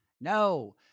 No